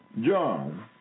John